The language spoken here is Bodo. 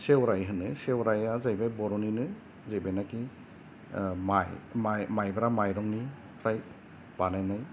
सेवराइ होनो सेवराइया जाहैबाय बर'निनो जाय बेनोखि बे माइ माइब्रा माइरंनिफ्राय बानायनाय